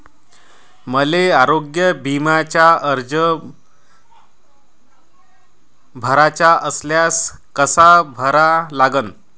मले आरोग्य बिम्याचा अर्ज भराचा असल्यास कसा भरा लागन?